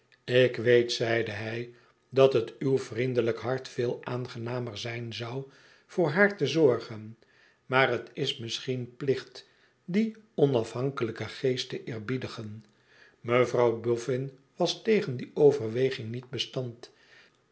ik weet zeide hij dat het uw vriendelijk hart veel aangenamer zijn zou voor haar te zorgen maar het is misschien plicht dien onafhankelijken geest te eerbiedigen mevrouw bofïin was tegen die overweging niet bestand